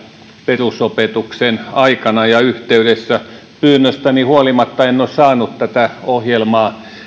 perusopetuksen aikana ja yhteydessä pyynnöstäni huolimatta en ole saanut tätä ohjelmaa